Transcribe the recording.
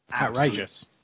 outrageous